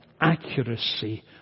accuracy